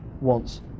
wants